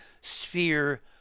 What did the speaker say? sphere